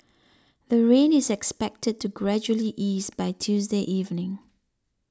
the rain is expected to gradually ease by Tuesday evening